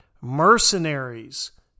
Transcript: Mercenaries